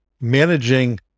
managing